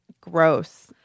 gross